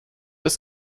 des